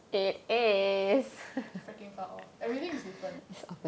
freaking far off everything is different